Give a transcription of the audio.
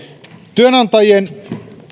työnantajien